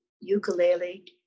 ukulele